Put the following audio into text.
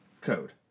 Code